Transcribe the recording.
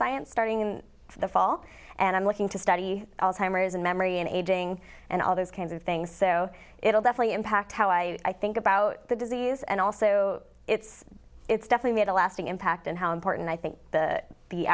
neuroscience starting in the fall and i'm looking to study alzheimer's and memory and aging and all those kinds of things so it'll definitely impact how i think about the disease and also it's it's definitely had a lasting impact and how important i think the